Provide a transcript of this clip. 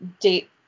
date